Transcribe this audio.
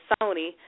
Sony